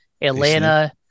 Atlanta